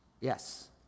Yes